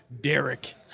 Derek